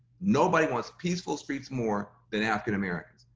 nobody wants peaceful streets more than african americans,